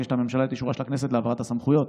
מבקשת הממשלה את אישורה של הכנסת להעברת הסמכויות.